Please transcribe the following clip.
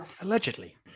allegedly